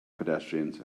pedestrians